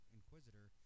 Inquisitor